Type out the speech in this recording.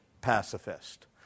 pacifist